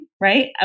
right